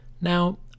Now